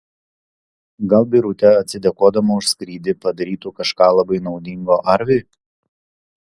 gal birutė atsidėkodama už skrydį padarytų kažką labai naudingo arviui